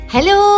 Hello